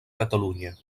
catalunya